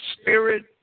spirit